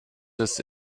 des